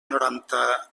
noranta